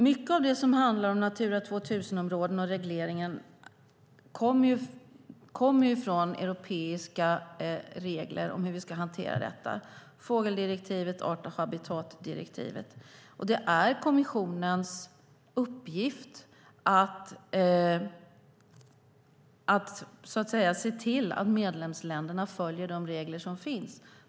Mycket av det som handlar om Natura 2000-områden och regleringen kommer från europeiska regler för hur vi ska hantera detta, som fågeldirektivet och art och habitatdirektivet. Det är kommissionens uppgift att se till att medlemsländerna följer de regler som finns.